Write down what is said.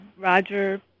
Roger